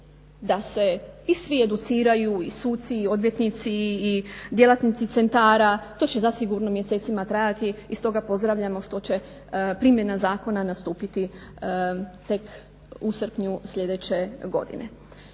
da se i svi educiraju i suci i odvjetnici i djelatnici centara. To će zasigurno mjesecima trajati i stoga pozdravljamo što će primjena zakona nastupiti tek u srpnju sljedeće godine.